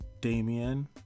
Damian –